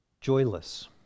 joyless